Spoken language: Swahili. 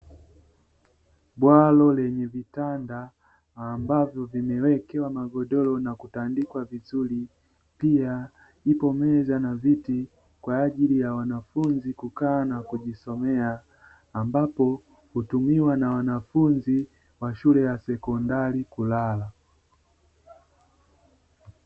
Bwalo lenye vitanda ambavyo vimewekewa magodoro na kutandikwa vizuri, pia ipo meza na viti kwa ajili ya wanafunzi kukaa na kujisomea; ambapo hutumiwa na wanafunzi wa shule ya sekondari kulala.